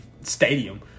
stadium